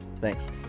Thanks